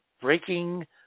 breaking